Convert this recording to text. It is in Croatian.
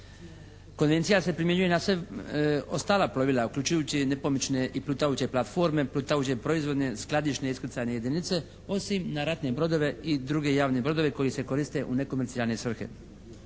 Konvencija se primjenjuje na sva ostala plovila uključujući nepomične i plutajuće platforme, plutajuće proizvodne skladišne iskrcajne jedinice osim na ratne brodove i druge javne brodove koji se koriste u nekomercijalne svrhe.